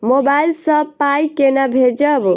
Mobile सँ पाई केना भेजब?